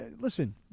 listen